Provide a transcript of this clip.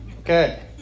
Okay